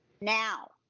Now